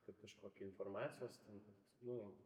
kad kažkokį informacijos ten nu